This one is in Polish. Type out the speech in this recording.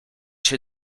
się